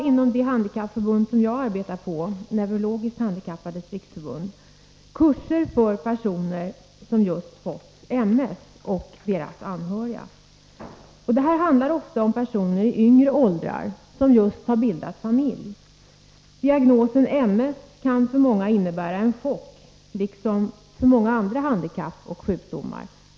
Inom det handikappförbund där jag är verksam, Neurologiskt handikappades riksförbund, anordnar vi kurser för personer som fått MS och för deras anhöriga. Det handlar ofta om personer i yngre åldrar, som just har bildat familj. Diagnosen MS kan för många innebära en chock — liksom det kan göra också när det gäller många andra handikapp och sjukdomar.